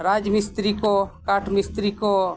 ᱨᱟᱡᱽᱢᱤᱥᱛᱨᱤ ᱠᱚ ᱠᱟᱴ ᱢᱤᱥᱛᱨᱤ ᱠᱚ